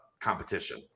competition